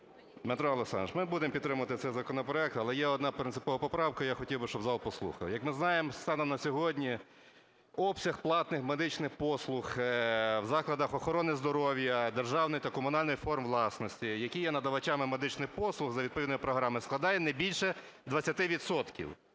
Дмитре Олександровичу, ми будемо підтримувати цей законопроект. Але є одна принципова поправка, я хотів би, щоб зал послухав. Як ми знаємо, станом на сьогодні обсяг платних медичних послуг у закладах охорони здоров'я державної та комунальної форм власності, які є надавачами медичних послуг, за відповідної програми складає не більше 20